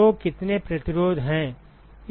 तो कितने प्रतिरोध हैं